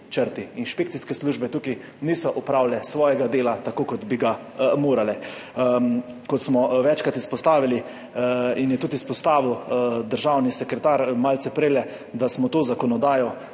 Inšpekcijske službe tukaj niso opravile svojega dela tako, kot bi ga morale. Kot smo večkrat izpostavili in kar je izpostavil tudi državni sekretar malce prejle, da smo to zakonodajo